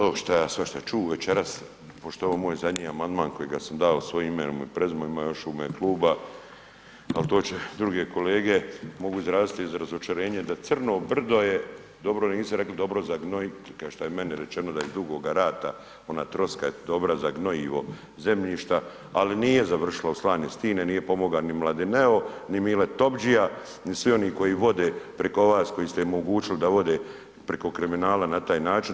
Evo šta ja svašta čuo večeras, pošto je ovo moj zadnji amandman kojega sam dao svojim imenom i prezimenom, ima još u ime kluba, ali to će druge kolege, mogu izraziti razočarenje da Crno brdo je, dobro da niste rekli dobro za gnojiti kao što je meni rečeno da je iz Dugoga rata ona troska je dobra za gnojivo zemljišta ali nije završilo u ... s tim, nije pomogao ni Mladineo ni Mile Topdžija ni svi oni koji vode preko vas koji ste im omogućili da vode preko kriminala na taj način.